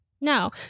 No